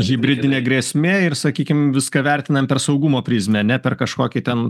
hibridinė grėsmė ir sakykim viską vertinant per saugumo prizmę ar ne per kažkokį ten